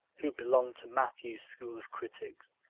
who belonged to matthew's school of critics.